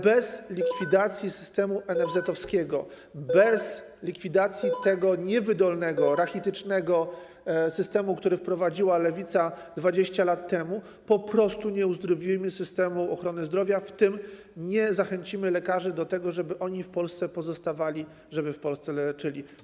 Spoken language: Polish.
Bez likwidacji systemu NFZ-etowskiego, bez likwidacji tego niewydolnego, rachitycznego systemu, który wprowadziła lewica 20 lat temu, po prostu nie uzdrowimy systemu ochrony zdrowia, w tym nie zachęcimy lekarzy do tego, żeby oni w Polsce pozostawali, żeby w Polsce leczyli.